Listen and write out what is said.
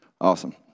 Awesome